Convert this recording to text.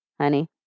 Honey